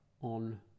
on